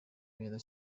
beza